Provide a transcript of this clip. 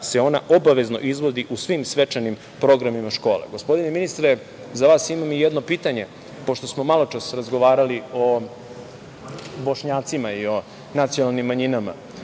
se ona obavezno izvodi u svim svečanim programima škola. Gospodine, ministre, za vas imam jedno pitanje, pošto smo maločas razgovarali o Bošnjacima i nacionalnim manjinama,